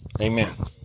amen